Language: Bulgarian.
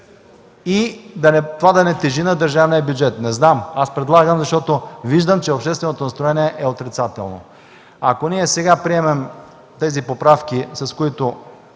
и това да не тежи на държавния бюджет? Не знам, аз предлагам, защото виждам, че общественото настроение е отрицателно. Ако ние сега приемем тези поправки, с които